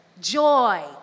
joy